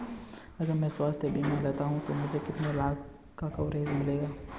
अगर मैं स्वास्थ्य बीमा लेता हूं तो मुझे कितने लाख का कवरेज मिलेगा?